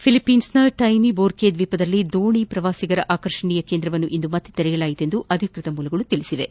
ಫಿಲಿಪೈನ್ಸ್ನ tiny Boracay ದ್ವೀಪದಲ್ಲಿ ದೋಣಿ ಪ್ರವಾಸಿಗರ ಆಕರ್ಷಣೀಯ ಕೇಂದ್ರವನ್ನು ಇಂದು ಪುನ ತೆರೆಯಲಾಯಿತು ಎಂದು ಅಧಿಕೃತ ಮೂಲಗಳು ತಿಳಿಸಿವೆ